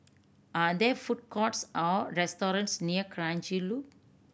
are there food courts or restaurants near Kranji Loop